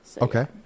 Okay